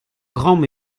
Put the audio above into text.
gambr